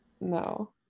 no